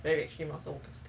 where it came also